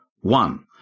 One